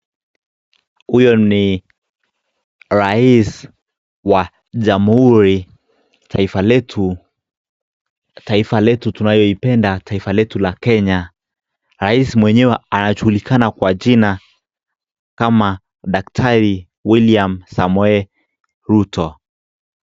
Huyo ni rais wa jamhuri taifa letu, taifa letu tunayoipenda, taifa letu la Kenya. Rais mwenyewe anajulikana kwa jina, kama daktari William Samoei Ruto.